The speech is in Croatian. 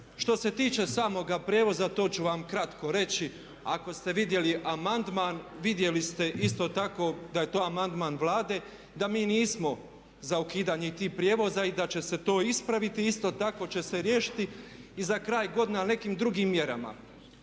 Što se tiče samog prijevoza to ću vam kratko reći ako ste vidjeli amandman vidjeli ste isto tako da je to amandman Vlade, da mi nismo za ukidanje tih prijevoza i da će se to ispraviti. Isto tako će se riješiti i za kraj godine, ali nekim drugim mjerama.